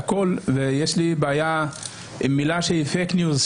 ויש לי בעיה עם מילה שהיא פייק ניוז,